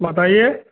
बताइए